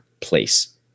place